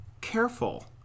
careful